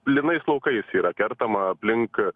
plynais laukais yra kertama aplink